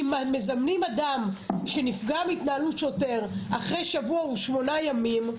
כשמזמנים אדם שנפגע מהתנהלות שוטר אחרי שבוע או שמונה ימים,